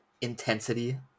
intensity